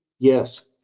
yes,